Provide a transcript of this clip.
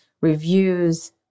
reviews